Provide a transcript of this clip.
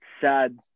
sad